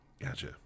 Gotcha